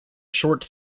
short